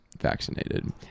vaccinated